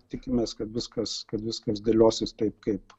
tikimės kad viskas kad viskas dėliosis taip kaip